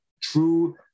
true